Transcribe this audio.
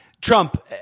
Trump